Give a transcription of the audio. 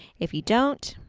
if you don't,